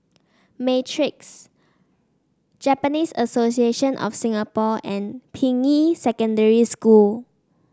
Matrix Japanese Association of Singapore and Ping Yi Secondary School